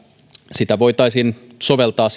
päätöksentekojärjestelyä voitaisiin soveltaa